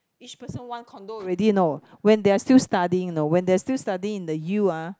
each person one condo already know when they are still studying you know when they are still studying in the U ah